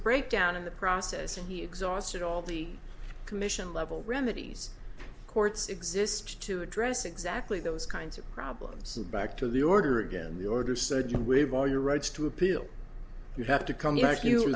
breakdown in the process and he exhausted all the commission level remedies courts exist to address exactly those kinds of problems and back to the order again the order said you wave all your rights to appeal you have to come back you